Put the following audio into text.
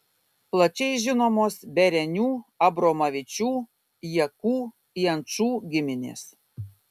plačiai žinomos berenių abromavičių jakų jančų giminės